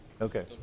okay